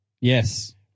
Yes